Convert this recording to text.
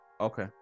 Okay